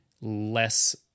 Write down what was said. less